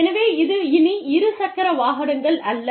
எனவே இது இனி இரு சக்கர வாகனங்கள் அல்ல